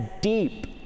deep